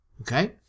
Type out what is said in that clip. Okay